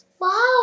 wow